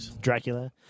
Dracula